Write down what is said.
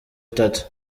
itatu